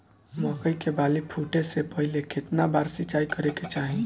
मकई के बाली फूटे से पहिले केतना बार सिंचाई करे के चाही?